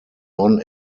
non